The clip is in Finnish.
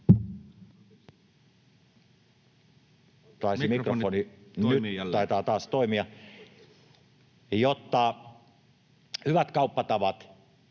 hyvät kauppatavat